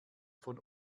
von